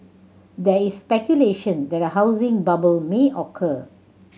there is speculation that a housing bubble may occur